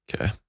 okay